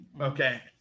Okay